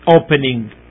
opening